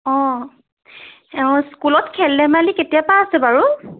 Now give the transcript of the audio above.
অঁ অঁ স্কুলত খেল ধেমালি কেতিয়াৰপৰা আছে বাৰু